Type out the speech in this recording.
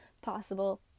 possible